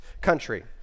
country